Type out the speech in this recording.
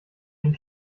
den